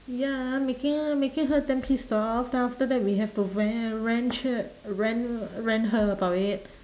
ya making her making her damn pissed off then after that we have to ran~ ranch her rant rant her about it